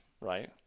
right